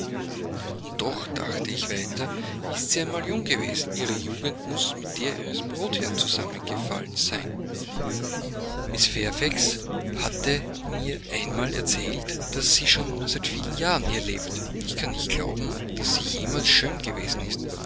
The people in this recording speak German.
und doch dachte ich weiter sie ist einmal jung gewesen ihre jugend muß mit der ihres brotherrn zusammengefallen sein mrs fairfax hat mir einmal erzählt daß sie schon seit vielen jahren hier lebt ich kann nicht glauben daß sie jemals schön gewesen ist